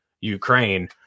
Ukraine